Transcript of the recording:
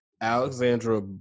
Alexandra